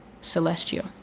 celestial